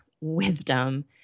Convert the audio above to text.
wisdom